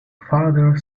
father